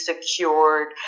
secured